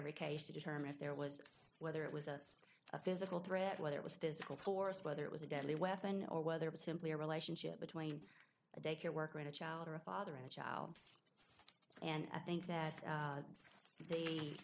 every case to determine if there was whether it was a physical threat whether it was this whole forest whether it was a deadly weapon or whether it was simply a relationship between a daycare worker and a child or a father and a child and i think that